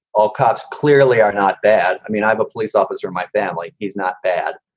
all cops clearly are not bad. i mean, i'm a police officer. my family is not bad.